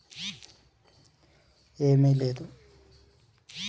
Sprinkler వల్ల లాభం ఏంటి?